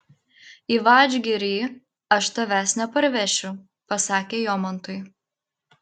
į vadžgirį aš tavęs neparvešiu pasakė jomantui